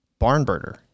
Barnburner